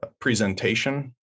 presentation